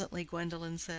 presently gwendolen said,